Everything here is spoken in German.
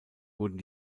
wurden